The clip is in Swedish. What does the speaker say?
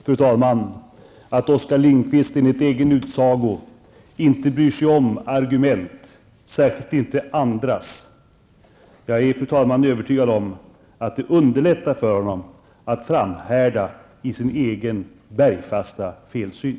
Fru talman! Jag noterade att Oskar Lindkvist enligt egen utsago inte bryr sig om argument, särskilt inte andras. Jag är övertygad om att det underlättar för honom att framhärda i sin egen bergfasta felsyn.